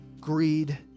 greed